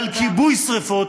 על כיבוי שרפות,